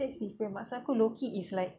that's different maksud aku low-key is like